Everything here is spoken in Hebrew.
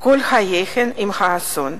כל חייהן עם האסון.